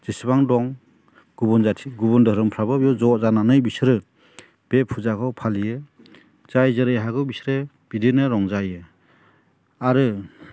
जेसेबां दं गुबुन जाथि गुबुन धोरोमफ्राबो बेयाव ज' जानानै बिसोरो बे फुजाखौ फालियो जाय जेरै हागौ बिसोरो बिदिनो रंजायो आरो